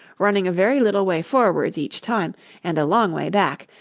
running a very little way forwards each time and a long way back,